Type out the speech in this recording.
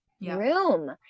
room